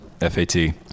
F-A-T